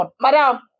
Madam